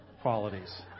qualities